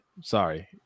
sorry